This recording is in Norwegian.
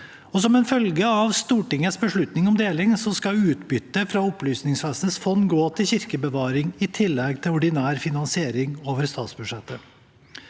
Som følge av Stortingets beslutning om deling skal utbyttet fra Opplysningsvesenets fond gå til kirkebevaring i tillegg til ordinær finansiering over statsbudsjettet.